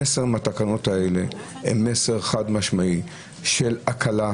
המסר מהתקנות האלה הוא מסר חד-משמעית של הקלה,